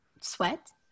Sweat